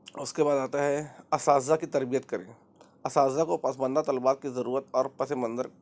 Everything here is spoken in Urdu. اس کے بعد آتا ہے اساتذہ کی تربیت کریں اساتذہ کو پسماندہ طلبات کی ضرورت اور پس منظر